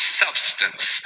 substance